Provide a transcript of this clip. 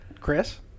Chris